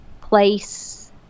place